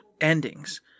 endings